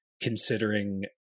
considering